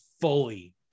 fully